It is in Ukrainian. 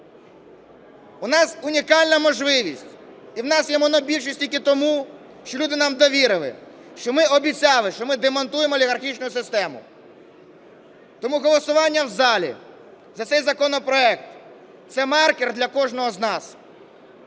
У нас унікальна можливість, і в нас є монобільшість тільки тому, що люди нам довірили, що мі обіцяли, що ми демонтуємо олігархічну систему. Тому голосування в залі за цей законопроект – це маркер для кожного з нас,